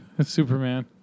Superman